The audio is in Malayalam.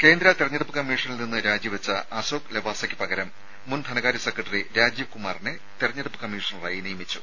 രുഭ തെരഞ്ഞെടുപ്പ് കമ്മീഷനിൽ നിന്ന് രാജിവെച്ച അശോക് ലെവാസയ്ക്ക് പകരം മുൻ ധനകാര്യ സെക്രട്ടറി രാജീവ് കുമാറിനെ തെരഞ്ഞെടുപ്പ് കമ്മീഷണറായി നിയമിച്ചു